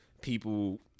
people